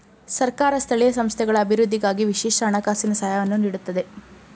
ಸರ್ಕಾರ ಸ್ಥಳೀಯ ಸಂಸ್ಥೆಗಳ ಅಭಿವೃದ್ಧಿಗಾಗಿ ವಿಶೇಷ ಹಣಕಾಸಿನ ಸಹಾಯವನ್ನು ನೀಡುತ್ತದೆ